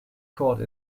caught